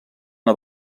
una